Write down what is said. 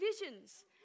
visions